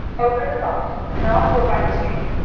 over the lot, and i'll go by the street.